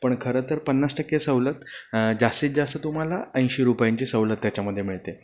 पण खरं तर पन्नास टक्के सवलत जास्तीत जास्त तुम्हाला ऐंशी रुपयांची सवलत त्याच्यामध्ये मिळते